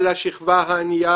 על השכבה הענייה